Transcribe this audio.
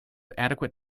adequate